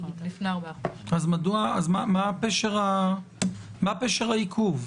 מה פשר העיכוב?